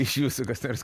iš jūsų kas nors